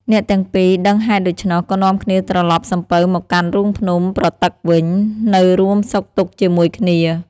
អ្នកទាំងពីរដឹងហេតុដូច្នោះ ក៏នាំគ្នាត្រឡប់សំពៅមកកាន់រូងភ្នំប្រទឹកវិញ នៅរួមសុខទុក្ខជាមួយគ្នា ។